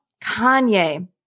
Kanye